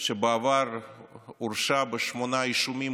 שבעבר הורשע בשמונה אישומים,